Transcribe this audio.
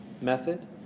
method